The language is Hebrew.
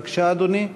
בבקשה, אדוני.